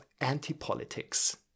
anti-politics